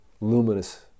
luminous